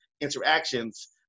interactions